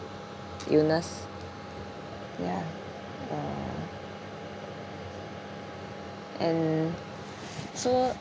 illness ya uh and so